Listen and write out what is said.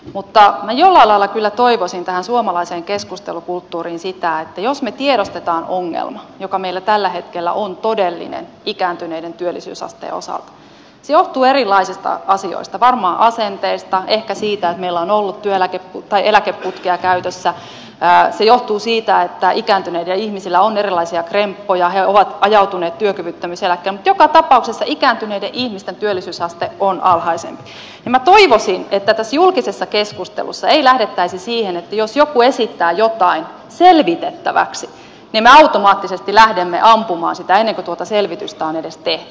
mutta minä jollain lailla kyllä toivoisin tähän suomalaiseen keskustelukulttuuriin sitä että jos me tiedostamme ongelman joka meillä tällä hetkellä on todellinen ikääntyneiden työllisyysasteen osalta se johtuu erilaisista asioista varmaan asenteista ehkä siitä että meillä on ollut eläkeputkea käytössä se johtuu siitä että ikääntyneillä ihmisillä on erilaisia kremppoja he ovat ajautuneet työkyvyttömyyseläkkeelle mutta joka tapauksessa ikääntyneiden ihmisten työllisyysaste on alhaisempi niin tässä julkisessa keskustelussa ei lähdettäisi siihen että jos joku esittää jotain selvitettäväksi niin me automaattisesti lähdemme ampumaan sitä ennen kuin tuota selvitystä on edes tehty